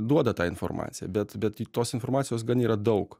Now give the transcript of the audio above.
duoda tą informaciją bet bet tos informacijos gan yra daug